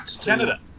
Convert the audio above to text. Canada